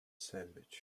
sandwich